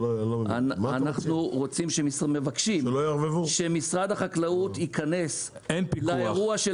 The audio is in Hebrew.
אנחנו מבקשים שמשרד החקלאות ייכנס לאירוע של